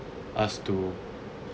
us to